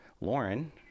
lauren